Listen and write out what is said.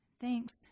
Thanks